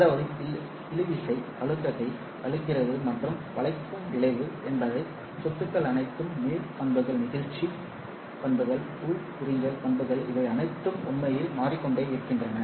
அதாவது இழுவிசை அழுத்தத்தை அழுத்துகிறது மற்றும் வளைக்கும் விளைவு அந்த சொத்துக்கள் அனைத்தும் மீள் பண்புகள் நெகிழ்ச்சி பண்புகள் உள் உறிஞ்சுதல் பண்புகள் இவை அனைத்தும் உண்மையில் மாறிக்கொண்டே இருக்கின்றன